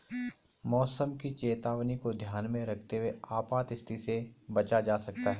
मौसम की चेतावनी को ध्यान में रखते हुए आपात स्थिति से बचा जा सकता है